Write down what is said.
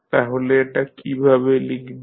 তাহলে এটা কীভাবে লিখবেন